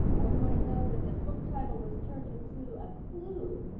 ah you might know that this book title was turned into a clue,